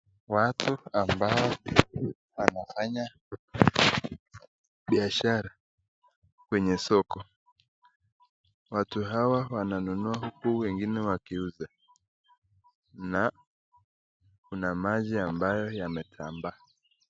Watu ambao wanafanya biashara kwenye soko, watu hawa wananunua huku wengine wa kiuuza, na kuna maji ambayo yametambaa.